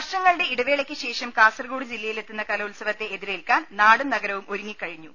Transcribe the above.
വർഷങ്ങളുടെ ഇടവേളക്ക് ശേഷം കാസർകോട് ജില്ലയിലെത്തുന്ന കലോത്സവത്തെ എതിരേൽക്കാൻ നാടും നഗരവും ഒരു ങ്ങിക്കഴിഞ്ഞു